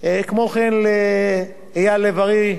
וכן לאייל לב-ארי,